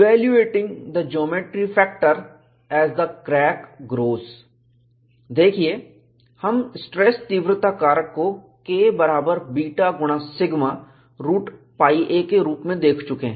evaluating the geometry factor as the crack grows देखिए हम stress तीव्रता कारक को K बराबर बीटा गुणा सिगमा रूट πa के रूप में देख चुके हैं